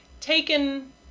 taken